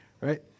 right